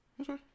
Okay